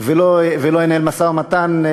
ולא ינהל משא-ומתן.